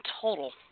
total